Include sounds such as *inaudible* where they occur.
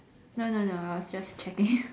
no no no I was just checking *laughs*